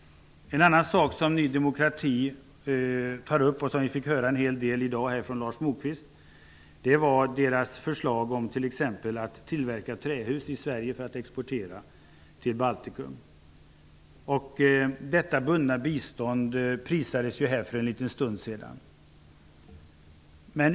En annan sak som Ny demokrati tar upp och som vi tidigare i dag fick höra en hel del om av Lars Moquist är förslaget om att trähus skall tillverkas i Sverige för att sedan exporteras till Baltikum. Detta bundna bistånd prisades här för en liten stund sedan.